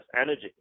energy